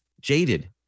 jaded